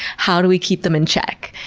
how do we keep them in check?